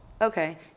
okay